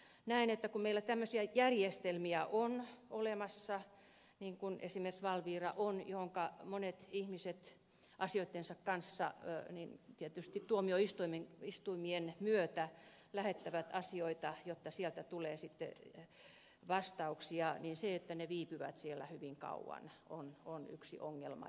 näen että kun meillä tämmöisiä järjestelmiä on olemassa kuin esimerkiksi valvira johon monet ihmiset tietysti tuomioistuimien myötä lähettävät asioita jotta sieltä tulee vastauksia niin se että asiat viipyvät siellä hyvin kauan on yksi ongelma